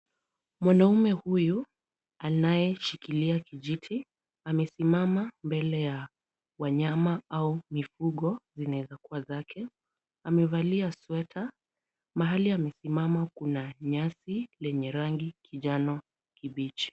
Mwanaume huyu anayeshikilia kijiti amesimama mbele ya wanyama au mifugo zinaweza kuwa zake. Amevalia sweta. Mahali amesimama kuna nyasi lenye rangi kijani kibichi.